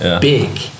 big